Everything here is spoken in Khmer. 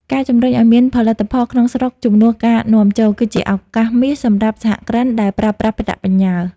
ការជម្រុញឱ្យមាន "ផលិតផលក្នុងស្រុកជំនួសការនាំចូល" គឺជាឱកាសមាសសម្រាប់សហគ្រិនដែលប្រើប្រាស់ប្រាក់បញ្ញើ។